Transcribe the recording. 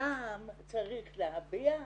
זעם צריך להביע,